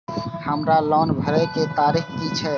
हमर लोन भरए के तारीख की ये?